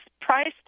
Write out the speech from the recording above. priced